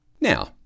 Now